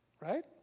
right